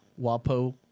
WAPO